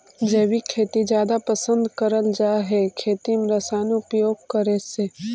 जैविक खेती जादा पसंद करल जा हे खेती में रसायन उपयोग करे से